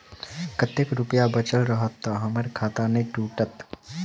कतेक रुपया बचल रहत तऽ हम्मर खाता नै टूटत?